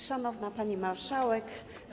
Szanowna Pani Marszałek!